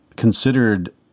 considered